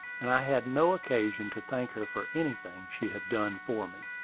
and i had no occasion to thank her for anything she had done for me.